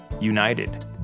united